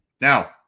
Now